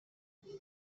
ujye